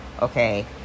Okay